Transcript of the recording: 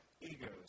egos